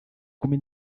kumi